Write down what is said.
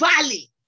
valley